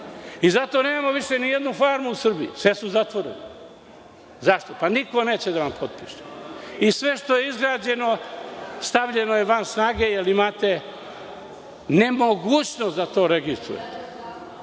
Zato nemamo više ni jednu farmu u Srbiji, sve su zatvorene. Zašto? Niko neće da vam potpiše. Sve što je izgrađeno, stavljeno je van snage, jer imate nemogućnost da to registrujete.